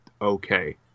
okay